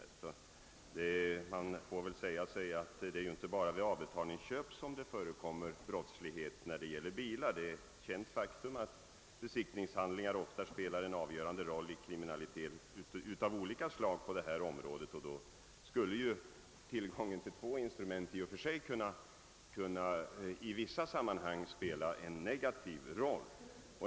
Brott som begås vid bilaffärer förekommer inte bara vid avbetalningsköp; det är ett känt faktum att besiktningshandlingarna ofta spelar en avgörande roll 1 kriminaliteten på detta område. Tillgången till två besiktningsinstrument skulle därför inte i och för sig kunna hindra brott, utan i vissa sammanhang t.o.m. kunna spela en negativ roll.